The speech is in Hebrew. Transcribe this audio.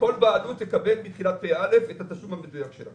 כל בעלות תקבל את התשלום המדויק שלה.